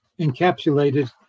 encapsulated